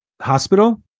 Hospital